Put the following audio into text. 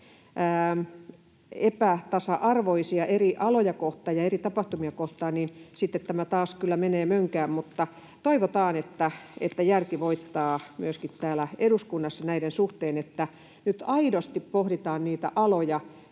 epätasa-arvoisia eri aloja kohtaan ja eri tapahtumia kohtaan, niin sitten tämä taas kyllä menee mönkään. Mutta toivotaan, että järki voittaa myöskin täällä eduskunnassa näiden suhteen, että nyt aidosti pohditaan niitä aloja.